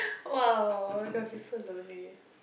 !wow! gonna be so lonely